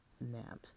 nap